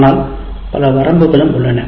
ஆனால் பல வரம்புகளும் உள்ளன